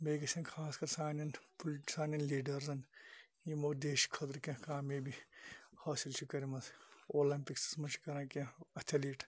بیٚیہِ گَژھن خاص کَر سانٮ۪ن لیٖڈرزَن یِمو دیش خٲطرٕ کینٛہہ کامیٲبی حٲصل چھِ کٔرمٕژ اولَمپِکسَس مَنٛز چھِ کَران کینٛہہ ایٚتھلیٖٹ